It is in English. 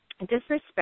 disrespect